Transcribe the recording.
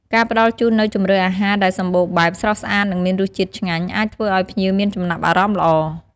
ការផ្តល់ជូននូវ ជម្រើសអាហារដែលសម្បូរបែប ស្រស់ស្អាត និងមានរសជាតិឆ្ងាញ់ អាចធ្វើឲ្យភ្ញៀវមានចំណាប់អារម្មណ៍ល្អ។